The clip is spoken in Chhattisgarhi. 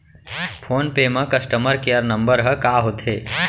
फोन पे म कस्टमर केयर नंबर ह का होथे?